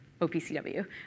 OPCW